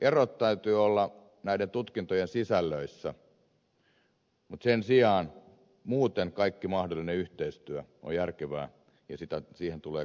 erot täytyy olla näiden tutkintojen sisällöissä mutta sen sijaan muuten kaikki mahdollinen yhteistyö on järkevää ja siihen tulee kannustaa